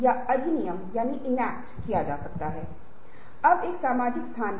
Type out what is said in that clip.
यदि कोई परिवर्तन नहीं होता है तो यह संतुलन की स्थिति है